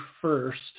first